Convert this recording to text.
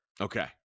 Okay